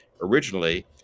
originally